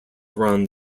around